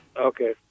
Okay